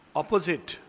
opposite